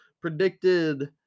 predicted